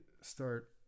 start